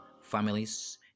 families